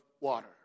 water